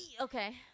Okay